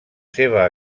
seva